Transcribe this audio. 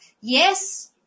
Yes